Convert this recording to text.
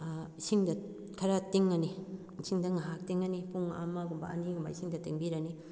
ꯏꯁꯤꯡꯗ ꯈꯔ ꯇꯤꯡꯉꯅꯤ ꯏꯁꯤꯡꯗ ꯉꯥꯏꯍꯥꯛ ꯇꯤꯡꯉꯅꯤ ꯄꯨꯡ ꯑꯃꯒꯨꯝꯕ ꯑꯅꯤꯒꯨꯝꯕ ꯏꯁꯤꯡꯗ ꯇꯤꯡꯕꯤꯔꯅꯤ